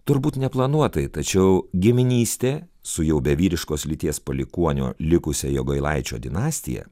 turbūt neplanuotai tačiau giminystė su jau be vyriškos lyties palikuonio likusia jogailaičio dinastija